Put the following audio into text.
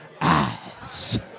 eyes